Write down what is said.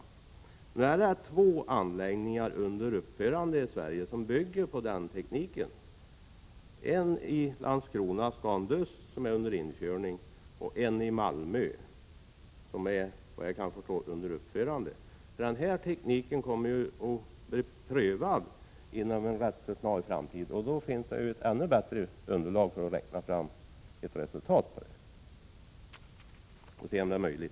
Det finns i dag i Sverige två anläggningar under uppförande som bygger på den tekniken: en i Landskrona, som är under inkörning, och en i Malmö, som är under uppförande. Denna teknik kommer alltså att bli prövad inom en rätt snar framtid, och sedan finns det ännu bättre underlag för att räkna fram ett resultat och se om projektet är möjligt.